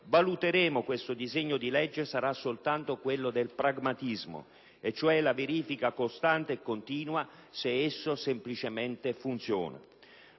valuteremo questo disegno di legge, sarà soltanto quello del pragmatismo, cioè la verifica costante e continua se esso semplicemente funziona.